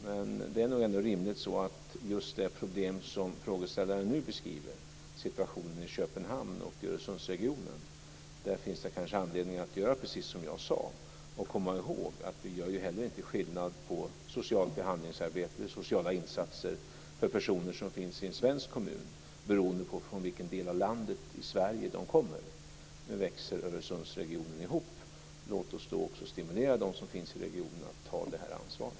Men när det gäller just det problem som frågeställaren nu beskriver - situationen i Köpenhamn och i Öresundsregionen - finns det kanske anledning att göra precis som jag sade. Vi får komma ihåg att vi inte heller gör skillnad på socialt behandlingsarbete och sociala insatser för personer som finns i en svensk kommun beroende på från vilken del av Sverige de kommer. Nu växer Öresundsregionen ihop. Låt oss då stimulera de som finns i regionen att ta ansvaret.